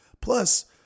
Plus